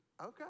okay